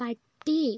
പട്ടി